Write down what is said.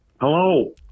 hello